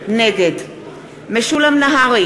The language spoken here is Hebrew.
נגד משולם נהרי,